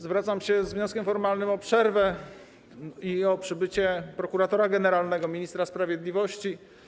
Zwracam się z wnioskiem formalnym o przerwę i o przybycie prokuratora generalnego, ministra sprawiedliwości.